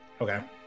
Okay